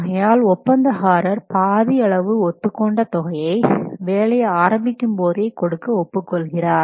ஆகையால் ஒப்பந்தகாரர் பாதி அளவு ஒத்துக்கொண்ட தொகையை வேலை ஆரம்பிக்கும் போதே கொடுக்க ஒப்புக்கொள்கிறார்